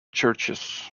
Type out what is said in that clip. churches